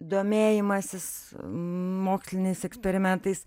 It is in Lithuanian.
domėjimasis moksliniais eksperimentais